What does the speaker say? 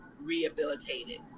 rehabilitated